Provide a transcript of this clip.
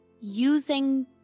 using